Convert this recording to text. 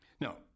Now